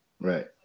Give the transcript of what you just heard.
Right